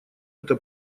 эта